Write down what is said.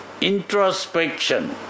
introspection